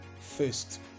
first